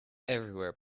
everywhere